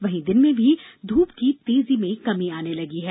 वहीं दिन में भी धूप की तेजी में कमी आने लगी है